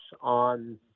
on